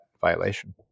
violation